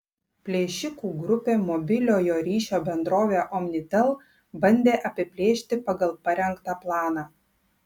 plėšikų grupė mobiliojo ryšio bendrovę omnitel bandė apiplėšti pagal parengtą planą